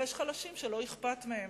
ויש חלשים שלא אכפת מהם.